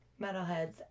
metalheads